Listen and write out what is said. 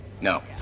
No